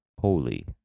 holy